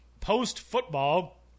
post-football